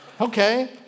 Okay